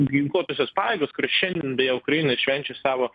ginkluotosios pajėgos kur šiandien beje ukrainoj švenčia savo